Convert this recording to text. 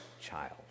child